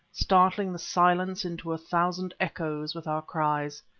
startling the silence into a thousand echoes with our cries.